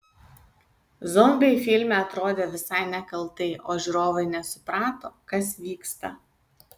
zombiai filme atrodė visai nekaltai o žiūrovai nesuprato kas vyksta